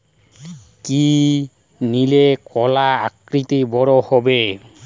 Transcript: কি দিলে কলা আকৃতিতে বড় হবে?